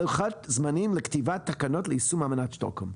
לוחות זמנים לכתיבת תקנות ליישום אמנת שטוקהולם.